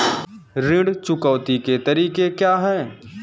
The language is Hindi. ऋण चुकौती के तरीके क्या हैं?